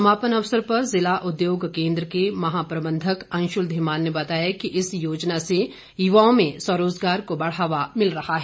समापन अवसर पर जिला उद्योग केंद्र के महाप्रबंधक अंशुल धीमान ने बताया कि इस योजना से युवाओं में स्वरोजगार को बढ़ावा मिल रहा है